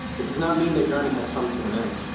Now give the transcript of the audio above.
it does not mean their journey has come to an end.